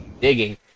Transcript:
digging